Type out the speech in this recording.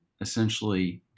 essentially